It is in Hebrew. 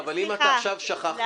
--- אבל אם אתה עכשיו שכחת,